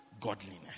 godliness